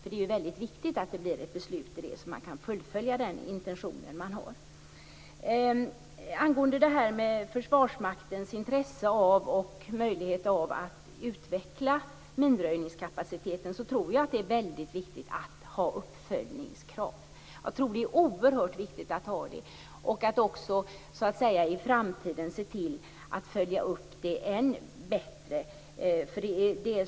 Det är väldigt viktigt att det blir ett beslut så att man kan fullfölja den intention man har. När det gäller Försvarsmaktens intresse av och möjligheter att utveckla minröjningskapaciteten är det väldigt viktigt att ha uppföljningskrav. Det är oerhört viktigt att ha sådana och att i framtiden se till att följa upp dem än bättre.